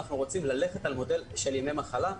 אנחנו רוצים ללכת על מודל של ימי מחלה.